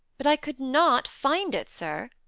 but i could not find it, sir,